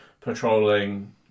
patrolling